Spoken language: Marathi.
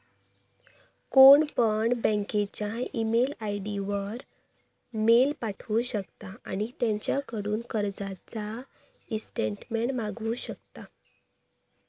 कोणपण बँकेच्या ईमेल आय.डी वर मेल पाठवु शकता आणि त्यांच्याकडून कर्जाचा ईस्टेटमेंट मागवु शकता